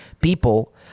people